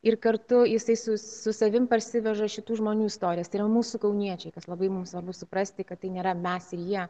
ir kartu jisai su su savim parsiveža šitų žmonių istorijas tai yra mūsų kauniečiai kas labai mums svarbu suprasti kad tai nėra mes ir jie